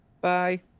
Bye